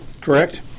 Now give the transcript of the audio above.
correct